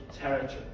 territory